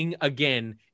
Again